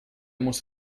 muss